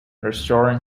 restaurant